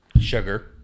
sugar